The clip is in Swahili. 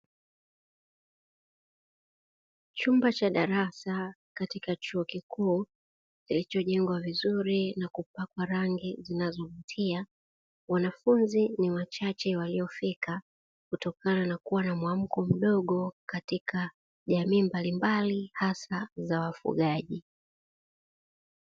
Chumba cha darasa katika chuo kikuu kilichojengwa vizuri na kupakwa rangi zinazovutia. Wanafunzi ni wachache waliofika kutokana na kuwa na muamko mdogo katika jamii mbalimbali hasa za wafugaji.